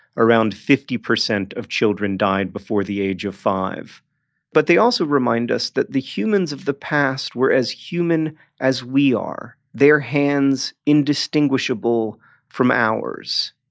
around fifty percent of children died before the age of five but they also remind us that the humans of the past were as human as we are. their hands indistinguishable from ours.